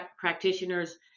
practitioners